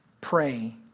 Pray